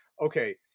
Okay